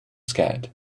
scared